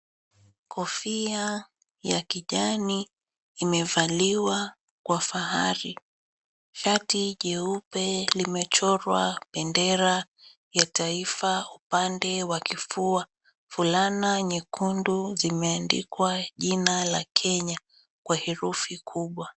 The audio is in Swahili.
Kofia ya kijani imevaliwa kwa fahari, shati jeupe limechorwa bendera ya taifa upande wa kifua, fulana nyekundu zimeandikwa jina la KENYA kwa herufi kubwa.